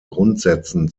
grundsätzen